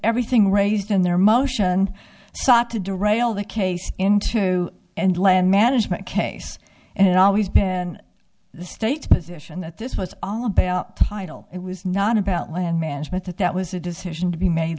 everything raised in their motion sought to darrelle the case into and land management case and it always been the state's position that this was all about title it was not about land management that that was a decision to be made